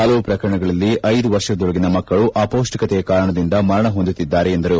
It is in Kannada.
ಹಲವು ಪ್ರಕರಣಗಳಲ್ಲಿ ಐದು ವರ್ಷದೊಳಗಿನ ಮಕ್ಕಳು ಅಪೌಷ್ಣಿಕತೆಯ ಕಾರಣದಿಂದ ಮರಣಹೊಂದುತ್ತಿದ್ದಾರೆ ಎಂದರು